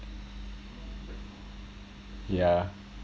yeah